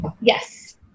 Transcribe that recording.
Yes